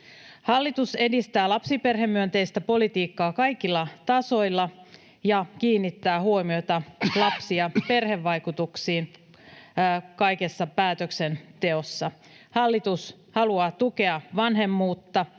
Hallitus edistää lapsiperhemyönteistä politiikkaa kaikilla tasoilla ja kiinnittää huomiota lapsi- ja perhevaikutuksiin kaikessa päätöksenteossa. Hallitus haluaa tukea vanhemmuutta,